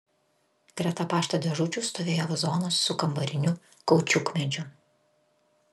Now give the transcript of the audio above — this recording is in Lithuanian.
greta pašto dėžučių stovėjo vazonas su kambariniu kaučiukmedžiu